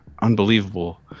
unbelievable